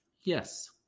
yes